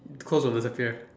clothes will disappear